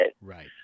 Right